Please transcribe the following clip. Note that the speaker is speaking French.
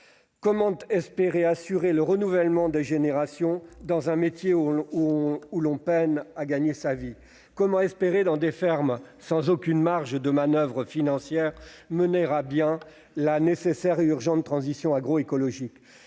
comment espérer assurer le renouvellement des générations dans un métier où l'on peine à gagner sa vie ? Comment espérer, dans des fermes sans aucune marge de manoeuvre financière, mener à bien la nécessaire et urgente transition agroécologique ?